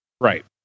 Right